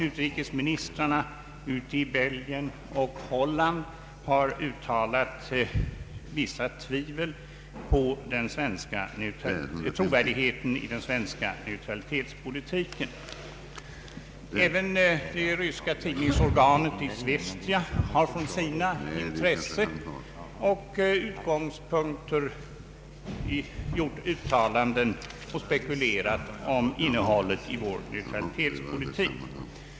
Utrikesministrarna i Belgien och Holland har uttalat vissa tvivel på trovärdigheten i den svenska <neutralitetspolitiken. Även den ryska tidningen Izvestija har från sina utgångspunkter och intressen gjort uttalanden och spekulerat om innehållet i vår neutralitetspolitik.